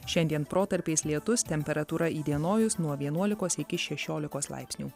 šiandien protarpiais lietus temperatūra įdienojus nuo vienuolikos iki šešiolikos laipsnių